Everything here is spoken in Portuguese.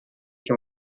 que